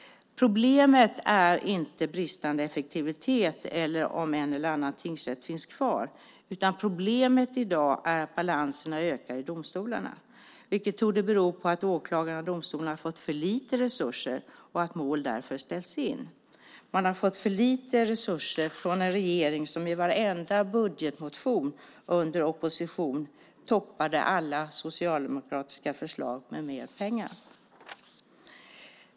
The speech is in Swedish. Problemet är inte bristande effektivitet eller om en eller annan tingsrätt finns kvar, utan problemet i dag är att balanserna ökar i domstolarna, vilket torde bero på att åklagare och domstolar har fått för lite resurser och att mål därför ställs in. Man har fått för lite resurser från en regering som i varenda budgetmotion under oppositionstiden toppade alla socialdemokratiska förslag med mer pengar.